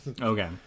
Okay